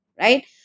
right